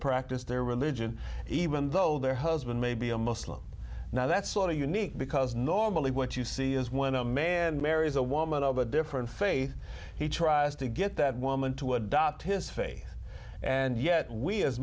practice their religion even though their husband may be a muslim now that's sort of unique because normally what you see is when i'm a a man marries a woman of a different faith he tries to get that woman to adopt his faith and yet we as